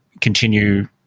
continue